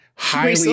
highly